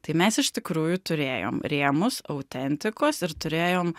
tai mes iš tikrųjų turėjom rėmus autentikos ir turėjom